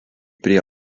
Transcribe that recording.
prie